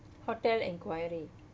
hotel inquiry